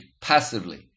passively